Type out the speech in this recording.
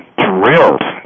drilled